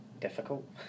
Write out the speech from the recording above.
difficult